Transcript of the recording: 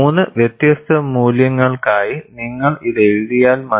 3 വ്യത്യസ്ത മൂല്യങ്ങൾക്കായി നിങ്ങൾ ഇത് എഴുതിയാൽ മതി